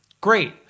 Great